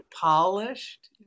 polished